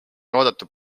oodatud